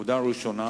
עובדה ראשונה,